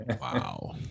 wow